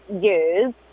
years